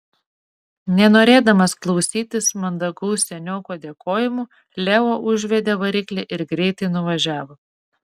nenorėdamas klausytis mandagaus senioko dėkojimų leo užvedė variklį ir greitai nuvažiavo